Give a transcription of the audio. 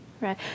Right